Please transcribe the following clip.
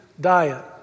diet